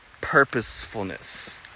purposefulness